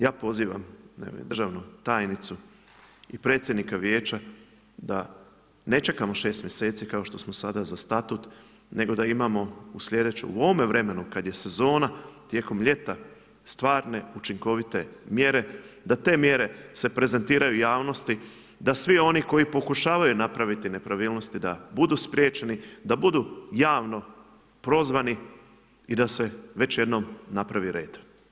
Ja pozivam državnu tajnicu i predsjednika vijeća da ne čekamo šest mjeseci kao što smo za sada za statut nego da imamo u sljedeću u ovome vremenu kada je sezona tijekom ljeta stvarne učinkovite mjere da te mjere se prezentiraju javnosti, da svi oni koji pokušavaju napraviti nepravilnosti da budu spriječeni da budu javno prozvani i da se već jednom napravi red.